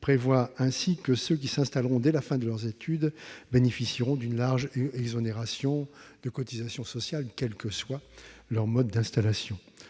prévoit ainsi que ceux qui s'installeront dès la fin de leurs études bénéficieront d'une large exonération de cotisations sociales, quel que soit leur mode d'installation.